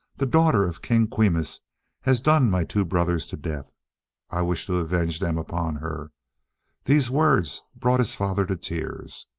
the daughter of king quimus has done my two brothers to death i wish to avenge them upon her these words brought his father to tears.